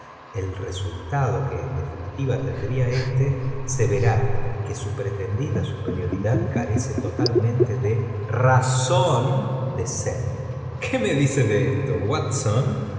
el resultado que en definitiva tendría éste se verá que su pretendida superioridad carece to cálmente de razón de ser qué me dice de esto watson